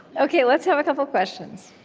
ok, let's have a couple questions